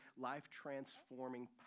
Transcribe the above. life-transforming